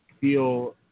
feel